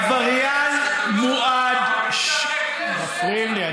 עבריין מועד, מפריעים לי.